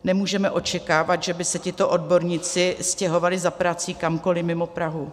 Nemůžeme očekávat, že by se tito odborníci stěhovali za prací kamkoliv mimo Prahu.